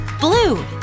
blue